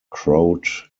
crowd